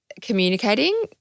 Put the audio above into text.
communicating